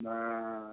বাৰু